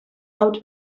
out